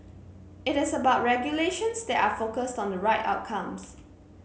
it is about regulations that are focused on the right outcomes